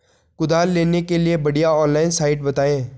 कुदाल लेने के लिए बढ़िया ऑनलाइन साइट बतायें?